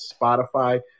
Spotify